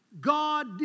God